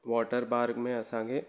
water park में असांखे